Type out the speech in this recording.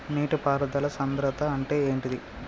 నీటి పారుదల సంద్రతా అంటే ఏంటిది?